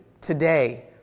today